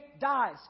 dies